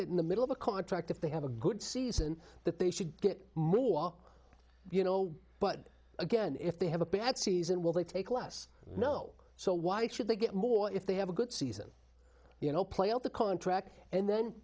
that in the middle of a contract if they have a good season that they should get more you know but again if they have a bad season will they take less no so why should they get more if they have a good season you know play out a contract and then